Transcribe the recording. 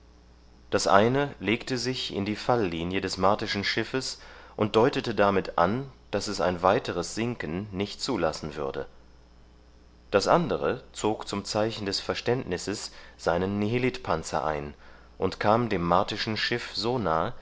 das eine legte sich in die fallinie des martischen schiffes und deutete damit an daß es ein weiteres sinken nicht zulassen würde das andere zog zum zeichen des verständnisses seinen nihilitpanzer ein und kam dem martischen schiff so nahe